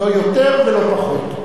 לא יותר ולא פחות.